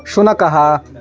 शुनकः